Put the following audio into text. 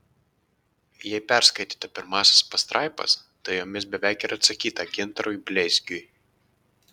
jei perskaitėte pirmąsias pastraipas tai jomis beveik ir atsakyta gintarui bleizgiui